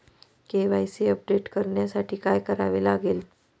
KYC update करण्यासाठी काय करावे लागेल?